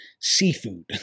seafood